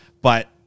But-